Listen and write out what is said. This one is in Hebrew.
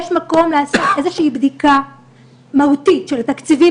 יש מקום לעשות איזושהי בדיקה מהותית של תקציבים,